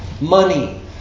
money